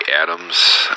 Adams